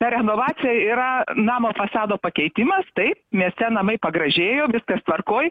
ta renovacija yra namo fasado pakeitimas taip mieste namai pagražėjo viskas tvarkoj